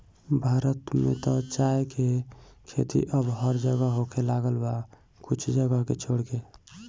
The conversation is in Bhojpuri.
भारत में त चाय के खेती अब हर जगह होखे लागल बा कुछ जगह के छोड़ के